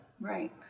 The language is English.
Right